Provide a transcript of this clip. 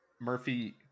Murphy